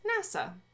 NASA